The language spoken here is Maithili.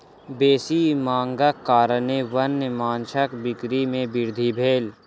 बेसी मांगक कारणेँ वन्य माँछक बिक्री में वृद्धि भेल